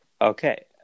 Okay